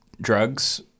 drugs